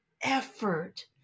effort